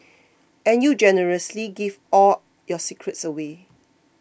and you generously give all your secrets away